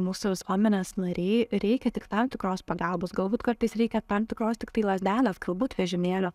mūsų visuomenės nariai reikia tik tam tikros pagalbos galbūt kartais reikia tam tikros tiktai lazdelės galbūt vežimėlio